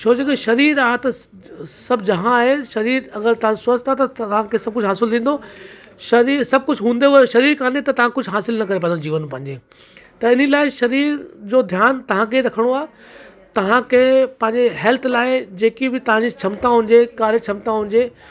छो जो की शरीर आ त स स सभु जहां आहे शरीर अगरि तव्हांजो स्वस्थ्यु आहे त तव्हांखे सभु कुझु हासिलु थींदो शरीर सभु कुझु हूंदे हुए शरीर कोन्हे त तव्हां कुझु हासिलु न करे पाईंदो जीवन में पंहिजे त इन लाइ शरीर जो ध्यानु तव्हांखे रखिणो आहे तव्हांखे पंहिंजे हैल्थ लाइ जेकी बि तव्हांजी क्षमिताऊं जे करे क्षमिताऊं जे